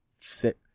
Sit